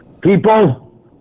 people